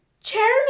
Chairman